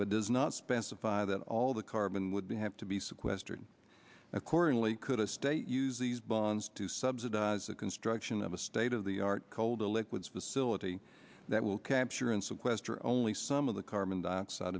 but does not specify that all the carbon would be have to be sequestered accordingly could a state use these bonds to subsidize the construction of a state of the art cold liquids facility that will capture and sequester only some of the carbon dioxide